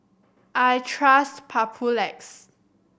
I trust Papulex